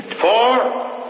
four